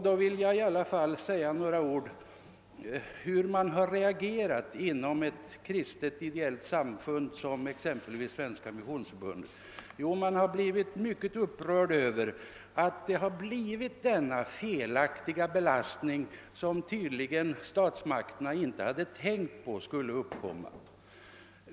Då vill jag i alla fall säga några ord om hur man har reagerat inom ett kristet, ideellt samfund som Svenska missionsförbundet. Man har blivit mycket upprörd över denna felaktiga belastning, som statsmakterna tydligen inte hade tänkt på.